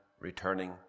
returning